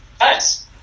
Nice